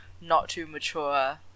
not-too-mature